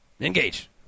Engage